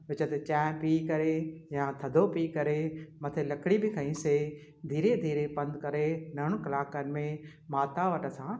विच ते चांहि पी करे या थधो पी करे मथे लकड़ी बि खईंसीं धीरे धीरे पंधु करे ॾहनि कलाकनि में माता वटि असां